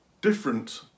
different